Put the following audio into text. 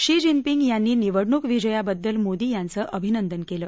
शी Jinping यांनी निवडणूक विजयाबद्दल मोदी यांचं अभिनंदन केलं